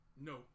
No